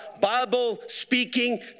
Bible-speaking